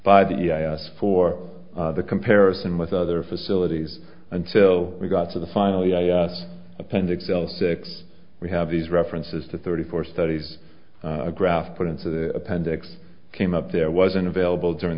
by the i r s for the comparison with other facilities until we got to the final yes appendix l six we have these references to thirty four studies a graph put into the appendix came up there wasn't available during